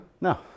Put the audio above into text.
No